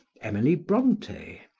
emily bronte,